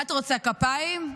מה את רוצה, כפיים?